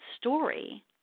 story